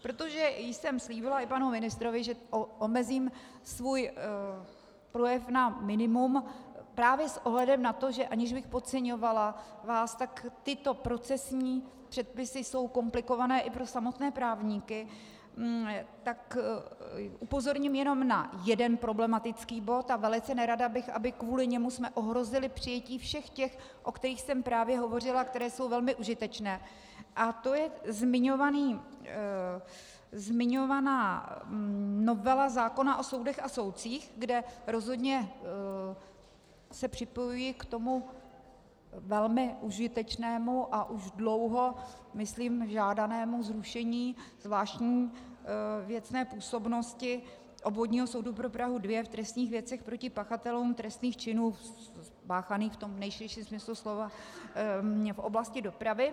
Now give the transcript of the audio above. Protože jsem slíbila i panu ministrovi, že omezím svůj projev na minimum právě s ohledem na to, že aniž bych vás podceňovala, tak tyto procesní předpisy jsou komplikované i pro samotné právníky, tak upozorním jenom na jeden problematický bod a velice bych nerada, abychom kvůli němu ohrozili přijetí všech těch, o kterých jsem právě hovořila, které jsou velmi užitečné, a to je zmiňovaná novela zákona o soudech a soudcích, kde se rozhodně připojuji k tomu velmi užitečnému a už dlouho myslím žádanému zrušení zvláštní věcné působnosti Obvodního soudu pro Prahu 2 v trestních věcech proti pachatelům trestných činů páchaných v tom nejširším smyslu slova v oblasti dopravy.